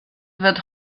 wird